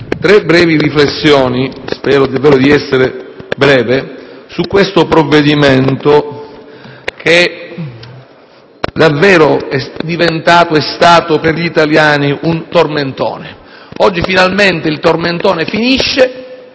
tre riflessioni, e spero di essere breve, su questo provvedimento che davvero è stato, per gli italiani, un tormentone. Oggi finalmente il tormentone finisce,